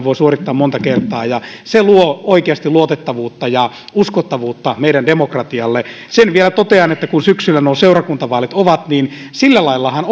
voi suorittaa monta kertaa ja se luo oikeasti luotettavuutta ja uskottavuutta meidän demokratialle sen vielä totean kun syksyllä nuo seurakuntavaalit ovat että sillä laillahan